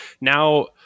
now